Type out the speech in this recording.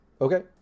Okay